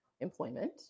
employment